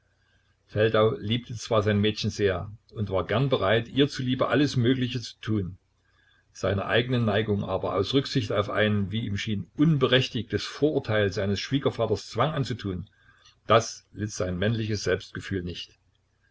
feldau liebte zwar sein mädchen sehr und war gern bereit ihr zuliebe alles mögliche zu tun seiner eigenen neigung aber aus rücksicht auf ein wie ihm schien unberechtigtes vorurteil seines schwiegervaters zwang anzutun das litt sein männliches selbstgefühl nicht